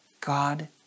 God